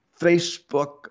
Facebook